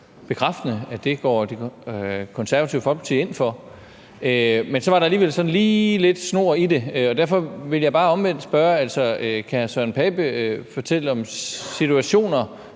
bekræftende, altså at det går Det Konservative Folkeparti ind for. Men så var der så alligevel lige lidt snor i det, og derfor vil jeg bare omvendt spørge: Kan hr. Søren Pape Poulsen fortælle om situationer,